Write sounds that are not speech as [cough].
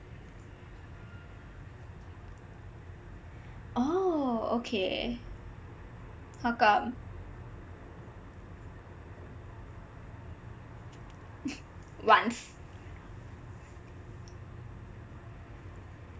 oh okay how come [laughs] once